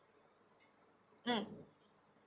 mm